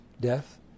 death